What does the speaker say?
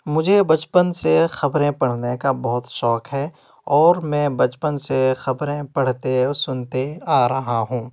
مجھے بچپن سے خبریں پرھنے کا بہت شوق ہے اور میں بچپن سے خبریں پڑھتے اور سنتے آ رہا ہوں